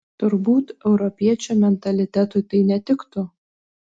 turbūt europiečio mentalitetui tai netiktų